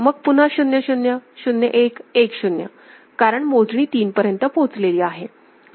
मग पुन्हा 0 0 0 1 1 0 कारण मोजणी तीन पर्यंत पोहोचलेली आहे